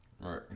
right